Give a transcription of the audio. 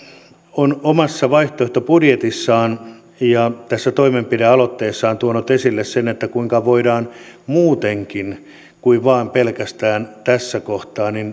on omassa vaihtoehtobudjetissaan ja tässä toimenpidealoitteessaan tuonut esille sen kuinka voidaan tehdä toimenpiteitä muutenkin kuin vain pelkästään tässä kohtaa